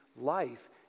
life